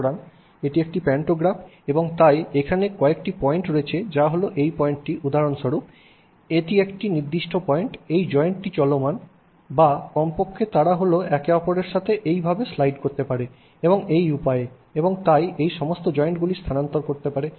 সুতরাং এটি একটি প্যান্টোগ্রাফ এবং তাই এখানে একটি পয়েন্ট রয়েছে যা হল এই পয়েন্টটি উদাহরণস্বরূপ এটি একটি নির্দিষ্ট পয়েন্ট এই জয়েন্টটি চলমান বা কমপক্ষে তারা হল তারা একে অপরের সাথে এইভাবে স্লাইড করতে পারে এই উপায়ে এবং তাই এই সমস্ত জয়েন্টগুলি স্থানান্তর করতে পারে